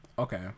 Okay